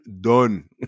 done